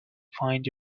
find